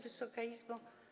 Wysoka Izbo!